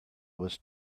was